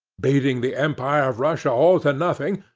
beating the emperor of russia all to nothing,